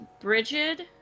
Bridget